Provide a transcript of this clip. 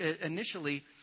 initially